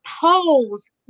pose